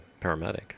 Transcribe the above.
paramedic